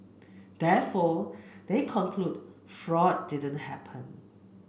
therefore they conclude fraud didn't happen